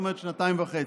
זאת אומרת שנתיים וחצי,